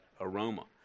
aroma